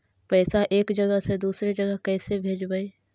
पैसा एक जगह से दुसरे जगह कैसे भेजवय?